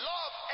Love